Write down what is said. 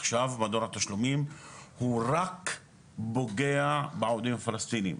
עכשיו מדור התשלומים הוא רק פוגע בעובדים הפלסטינים.